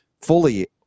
fully